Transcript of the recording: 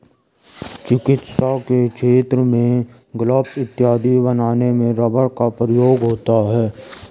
चिकित्सा के क्षेत्र में ग्लब्स इत्यादि बनाने में रबर का प्रयोग होता है